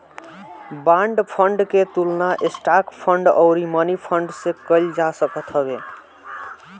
bond fund के तुलना stock fund अउरी मनीफंड से कईल जा सकत हवे